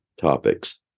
topics